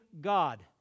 God